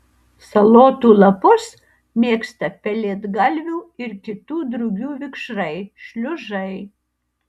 salotų lapus mėgsta pelėdgalvių ir kitų drugių vikšrai šliužai